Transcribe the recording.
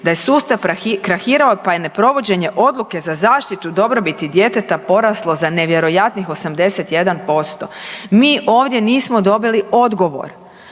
da je sustav krahirao pa je neprovođenje odluke za zaštitu dobrobiti djeteta poraslo za nevjerojatnih 81%. Mi ovdje nismo dobili odgovor